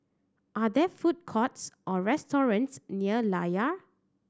are there food courts or restaurants near Layar